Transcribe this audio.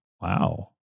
Wow